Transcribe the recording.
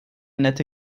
nette